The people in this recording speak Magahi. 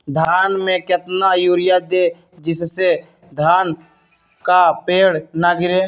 धान में कितना यूरिया दे जिससे धान का पेड़ ना गिरे?